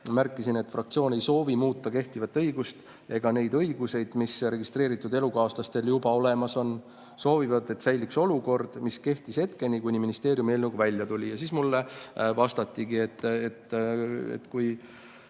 Märkisin, et fraktsioon ei soovi muuta kehtivat õigust ega neid õigusi, mis registreeritud elukaaslastel juba olemas on, vaid soovib, et säiliks olukord, mis kehtis hetkeni, kuni ministeerium eelnõuga välja tuli. Mulle vastati, et kuna